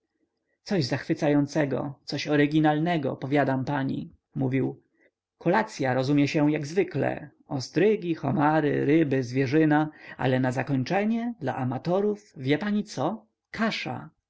coś zachwycającego coś oryginalnego powiadam pani mówił kolacya rozumie się jak zwykle ostrygi homary ryby zwierzyna ale na zakończenie dla amatorów wie pani co kasza